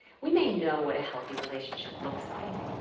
we may know what a healthy relationship looks like,